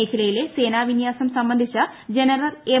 മേഖലയിലെ സേനാവിന്യാസം സംബന്ധിച്ച് ജനറൽ എം